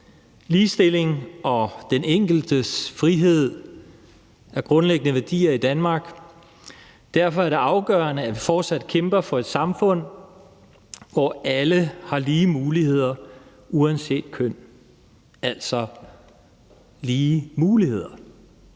Ligestilling og den enkeltes frihed er grundlæggende værdier i Danmark, og derfor er det afgørende, at vi fortsat kæmper for et samfund, hvor alle har lige muligheder uanset køn – altså lige muligheder.